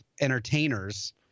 entertainers